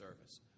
service